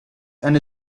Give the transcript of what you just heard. and